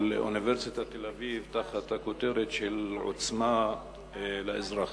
אוניברסיטת תל-אביב תחת הכותרת "עוצמה לאזרח".